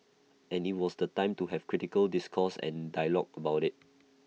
and IT was the time to have critical discourse and dialogue about IT